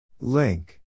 Link